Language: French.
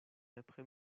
après